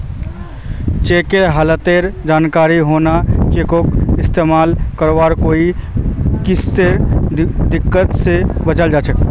चेकेर हालतेर जानकारी होना चेकक इस्तेमाल करवात कोई किस्मेर दिक्कत से बचा छे